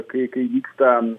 kai kai vyksta